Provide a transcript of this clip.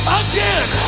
again